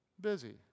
busy